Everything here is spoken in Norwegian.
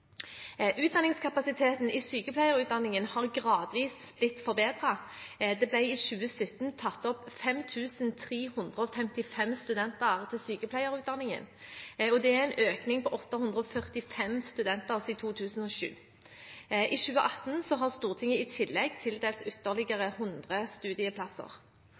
Utdanningskapasiteten i sykepleierutdanningen har gradvis blitt forbedret. Det ble i 2017 tatt opp 5 355 studenter til sykepleierutdanningen, og det er en økning på 845 studenter siden 2007. I 2018 har Stortinget i tillegg tildelt ytterligere 100 studieplasser.